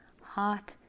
heart